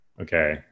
okay